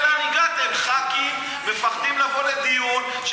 תראה לאן הגעתם: חברי כנסת מפחדים לבוא לדיון כי